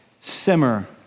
simmer